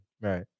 Right